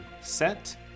set